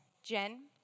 Jen